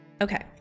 Okay